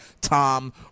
Tom